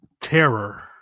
terror